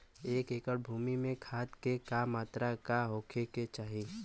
एक एकड़ भूमि में खाद के का मात्रा का होखे के चाही?